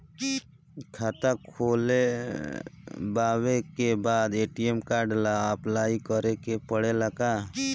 खाता खोलबाबे के बाद ए.टी.एम कार्ड ला अपलाई करे के पड़ेले का?